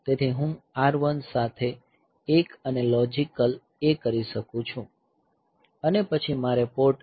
તેથી હું R 1 સાથે 1 અને લોજિકલ A કરી શકું છું અને પછી મારે પોર્ટ T2